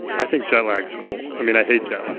i think jet lag is cool. i mean i hate jet lag,